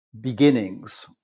beginnings